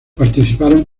participaron